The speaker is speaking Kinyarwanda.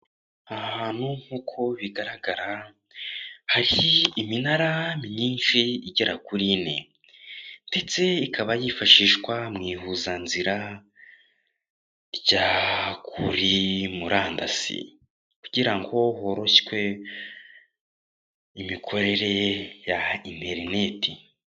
Aha hantu nk'uko bigaragara hari iminara myinshi igera kuri ine ndetse ikaba yifashishwa mu ihuzanzira rya kuri murandasi kugira ngo horoshywe imikorere ya interineti.